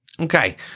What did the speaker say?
Okay